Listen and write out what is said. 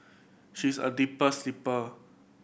she's a deep sleeper